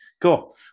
Cool